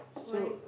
why